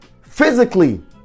physically